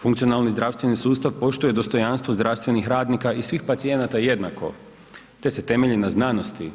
Funkcionalni sustav poštuje dostojanstvo zdravstvenih radnika i svih pacijenata jednako te se temelji na znanosti